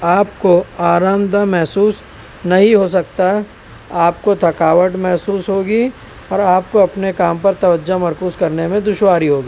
آپ کو آرام دہ محسوس نہیں ہو سکتا ہے آپ کو تھکاوٹ محسوس ہوگی اور آپ کو اپنے کام پر توجہ مرکوز کرنے میں دشواری ہوگی